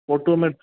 photo में